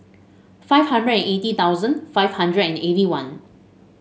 five hundred and eighty thousand five hundred and eighty one